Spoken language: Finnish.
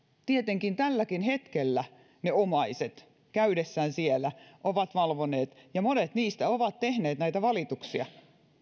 tietenkin tälläkin hetkellä omaiset käydessään siellä ovat valvoneet ja monet heistä ovat tehneet näitä valituksia